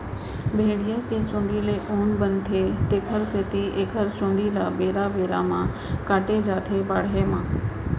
भेड़िया के चूंदी ले ऊन बनथे तेखर सेती एखर चूंदी ल बेरा बेरा म काटे जाथ बाड़हे म